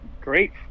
Great